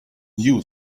knew